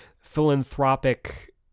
philanthropic